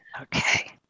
Okay